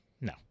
No